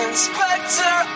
Inspector